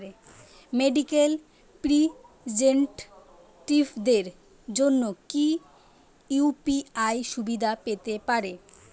Medical রিপ্রেজন্টেটিভদের জন্য কি ইউ.পি.আই সুবিধা পেতে পারে?